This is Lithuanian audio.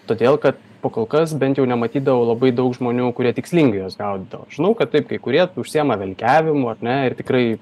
todėl kad pakol kas bent jau nematydavau labai daug žmonių kurie tikslingai juos gaudydavo žinau kad taip kai kurie užsiema velkiavimu ar ne ir tikrai